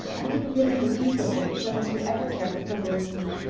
i couldn't really believe before that jonas would ever care for frivolous me.